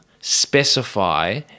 specify